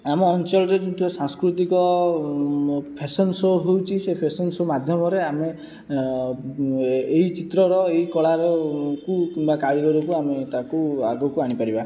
ଆମ ଅଞ୍ଚଳରେ ଯେମିତି ହୁଏ ସାଂସ୍କୃତିକ ଫ୍ୟାସନ ଶୋ' ହେଉଛି ସେ ଫ୍ୟାସନ ଶୋ' ମାଧ୍ୟମରେ ଆମେ ଏହି ଚିତ୍ରର ଏହି କଳାରକୁ ବା କାରିଗରକୁ ଆମେ ତାକୁ ଆଗକୁ ଆଣି ପାରିବା